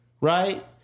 right